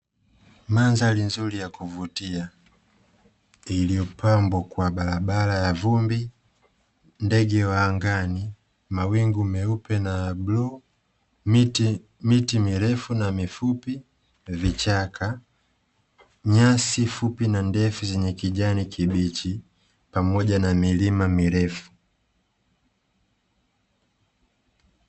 Madhari ya nzuri ya kuvutia iliyopambwa kwa barabara ya vumbi, ndege wa angani, mawingu meupe na bluu, miti mirefu na mifupi, vichaka, nyasi fupi na ndefu zenye kijani kibichi pamoja na milima mirefu.